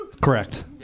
Correct